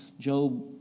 Job